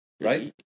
Right